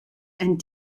and